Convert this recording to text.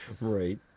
Right